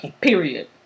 period